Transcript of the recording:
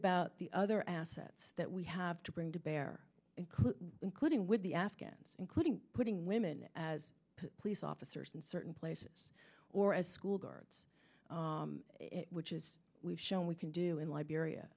about the other assets that we have to bring to bear include including with the afghans including putting women as police officers in certain places or as school guards which is we've shown we can do in liberia